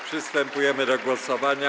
Przystępujemy do głosowania.